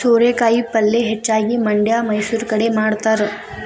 ಸೋರೆಕಾಯಿ ಪಲ್ಯೆ ಹೆಚ್ಚಾಗಿ ಮಂಡ್ಯಾ ಮೈಸೂರು ಕಡೆ ಮಾಡತಾರ